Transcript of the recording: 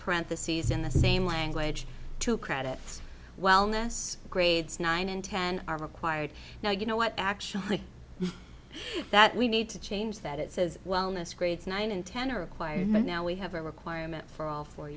parentheses in the same language two credits wellness grades nine and ten are required now you know what actually that we need to change that it says wellness grades nine and ten are acquired but now we have a requirement for all four